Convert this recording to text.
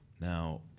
now